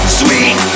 sweet